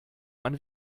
man